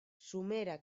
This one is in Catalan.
somera